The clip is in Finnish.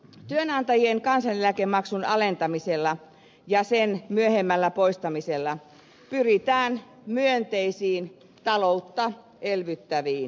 työnantajien kansaneläkemaksun alentamisella ja sen myöhemmällä poistamisella pyritään myönteisiin taloutta elvyttäviin vaikutuksiin